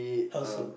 how so